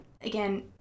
again